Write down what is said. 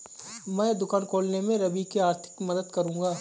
मैं दुकान खोलने में रवि की आर्थिक मदद करूंगा